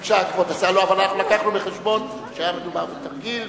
אבל אנחנו לקחנו בחשבון שהיה מדובר בתרגיל,